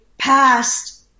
past